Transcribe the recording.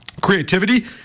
creativity